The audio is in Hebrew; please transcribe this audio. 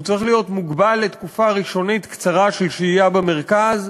הוא צריך להיות מוגבל לתקופה ראשונית קצרה של שהייה במרכז,